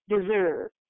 deserve